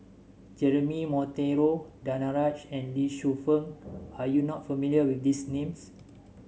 Jeremy Monteiro Danaraj and Lee Shu Fen are you not familiar with these names